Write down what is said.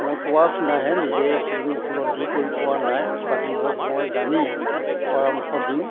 মই কোৱা শুনাহে নিজে সেইখিনি উপলব্ধি কৰি পোৱা নাই বাকীবোৰক মই জানি পৰামৰ্শ দিওঁ